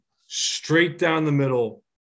straight-down-the-middle